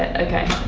ah okay.